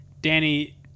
Danny